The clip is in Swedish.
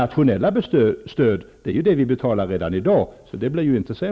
Nationella stöd betalar vi redan i dag, så på den punkten blir det inte sämre.